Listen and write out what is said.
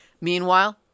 Meanwhile